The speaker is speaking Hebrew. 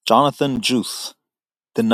ג'ונתן ג'וס - דנאלי.